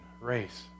race